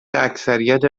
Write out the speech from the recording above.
اکثریت